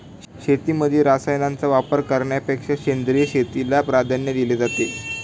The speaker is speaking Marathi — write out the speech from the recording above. शेतीमध्ये रसायनांचा वापर करण्यापेक्षा सेंद्रिय शेतीला प्राधान्य दिले जाते